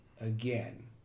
again